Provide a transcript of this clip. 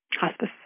hospice